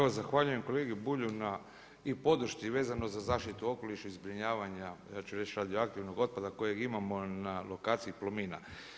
Evo zahvaljujem kolegi Bulju na i podršci vezano za zaštitu okoliša i zbrinjavanja ja ću reći radioaktivnog otpada kojeg imamo na lokaciji Plomina.